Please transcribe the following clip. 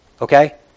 Okay